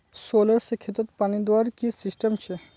Solar से खेतोत पानी दुबार की सिस्टम छे?